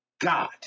God